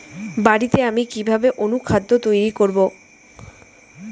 বাড়িতে আমি কিভাবে অনুখাদ্য তৈরি করব?